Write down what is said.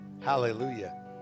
Hallelujah